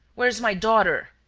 where is my daughter?